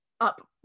up